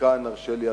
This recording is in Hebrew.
ומכאן תרשה לי,